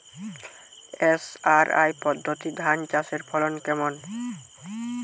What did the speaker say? SRI পদ্ধতি ধান চাষের ফলন কেমন?